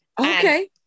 okay